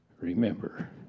Remember